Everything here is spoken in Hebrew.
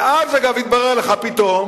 ואז, אגב, יתברר לך פתאום